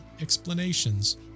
explanations